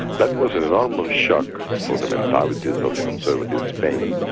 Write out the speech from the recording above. that was an enormous shock for the mentalities of the conservative spain,